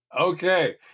Okay